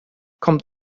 kommt